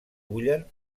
bullen